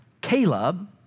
Caleb